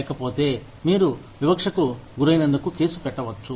లేకపోతే మీరు వివక్షకు గురైనందుకు కేసు పెట్టవచ్చు